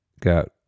got